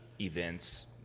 events